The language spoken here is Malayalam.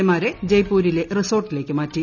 എമാരെ ജയ്പൂരിലെ റിസോർട്ടിലേക്ക് മാറ്റി